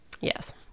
Yes